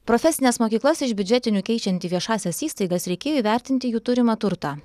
profesines mokyklas iš biudžetinių keičiant į viešąsias įstaigas reikėjo įvertinti jų turimą turtą